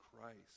Christ